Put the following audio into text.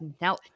now